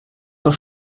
noch